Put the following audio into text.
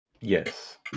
Yes